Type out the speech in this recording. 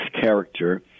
character